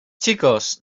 chicos